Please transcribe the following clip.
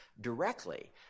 directly